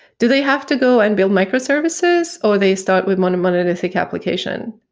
do they have to go and build microservices or they start with and monolithic application?